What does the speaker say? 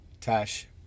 Tash